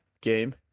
game